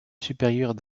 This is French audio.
supérieure